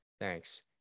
Thanks